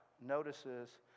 notices